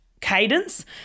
cadence